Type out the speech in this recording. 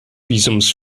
visums